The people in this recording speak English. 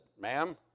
Ma'am